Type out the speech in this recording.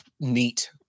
Neat